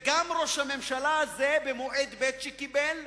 וגם ראש הממשלה הזה, במועד ב' שקיבל,